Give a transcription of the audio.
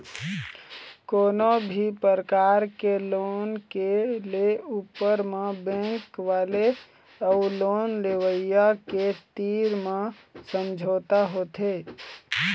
कोनो भी परकार के लोन के ले ऊपर म बेंक वाले अउ लोन लेवइया के तीर म समझौता होथे